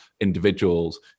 individuals